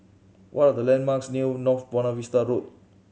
what are the landmarks near North Buona Vista Road